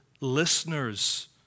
listeners